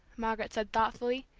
margaret said thoughtfully,